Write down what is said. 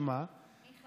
תוכנית הדגל,